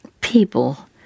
people